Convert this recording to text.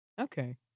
Okay